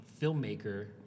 filmmaker